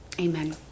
amen